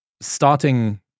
starting